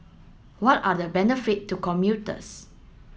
what are the benefit to commuters